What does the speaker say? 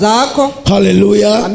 Hallelujah